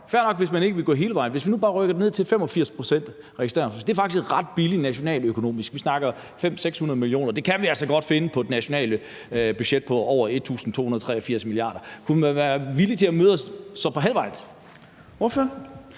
fair nok, hvis man ikke vil gå hele vejen. Lad os sige, vi bare satte registreringsafgiften ned til 85 pct. Det ville faktisk være ret billigt nationaløkonomisk. Vi snakker 500-600 mio. kr. Dem kan vi altså godt finde på det nationale budget på over 1.283 mia. kr. Så kunne man være villig til at møde os på halvvejen? Kl.